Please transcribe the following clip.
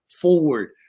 forward